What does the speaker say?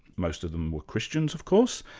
most of them were christians, of course,